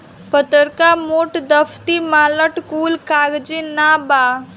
पतर्का, मोट, दफ्ती, मलाट कुल कागजे नअ बाअ